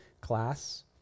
class